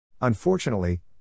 Unfortunately